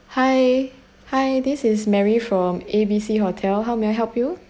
hi hi this is mary from a b c hotel how may I help you